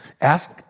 Ask